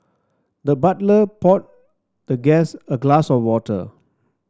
the butler poured the guest a glass of water